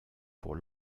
pour